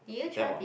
damn